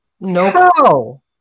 No